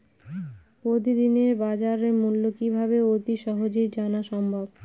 প্রতিদিনের বাজারমূল্য কিভাবে অতি সহজেই জানা সম্ভব?